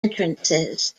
entrances